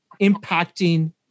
impacting